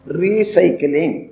recycling